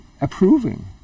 approving